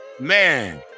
Man